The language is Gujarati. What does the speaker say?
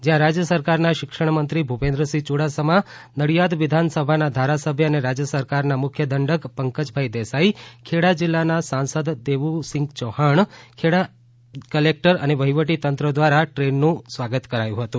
જ્યાં રાજ્ય સરકાર ના શિક્ષણ મંત્રી ભુપેન્દ્રસિંહ યુડાસમા નડીઆદ વિધાનસભા ના ધારાસભ્ય અને રાજ્ય સરકાર ના મુખ્ય દંડક પંકજભાઇ દેસાઈ ખેડા જિલ્લા સાંસદ દેવુસિંહ ચૌહાણ ખેડા કલેક્ટર અને વફીવટી તંત્ર ધ્વારા ટ્રેન નું સ્વાગત કરાયું હતું